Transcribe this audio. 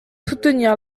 soutenir